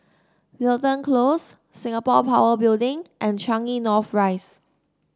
Wilton Close Singapore Power Building and Changi North Rise